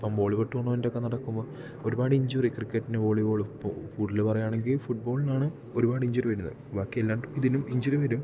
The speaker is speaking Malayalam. ഇപ്പം വോളിബോൾ ടൂണമെൻ്റൊക്കെ നടക്കുമ്പോൾ ഒരുപാട് ഇഞ്ചുള്ളവർ ക്രിക്കറ്റിന് വോളിബോളും ഇപ്പോൾ കൂടുതൽ പറയുകയാണെങ്കിൽ ഫുട്ബോളിനാണ് ഒരുപാട് ഇഞ്ചുറി വരുന്നത് ബാക്കി എല്ലാം ഇതിനും ഇഞ്ചുറി വരും